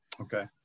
okay